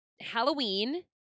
Halloween